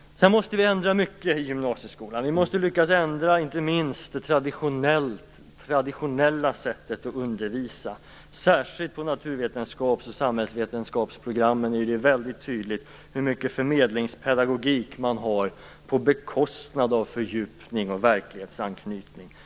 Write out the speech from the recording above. Sedan måste vi ändra mycket i gymnasieskolan, inte minst det traditionella sättet att undervisa. Särskilt på naturvetenskaps och samhällsvetenskapsprogrammen är det tydligt hur mycket förmedlingspedagogik man har på bekostnad av fördjupning och verklighetsanknytning.